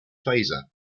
phaser